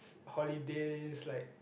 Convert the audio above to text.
holidays like